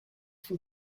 for